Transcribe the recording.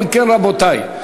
אם כן, רבותי,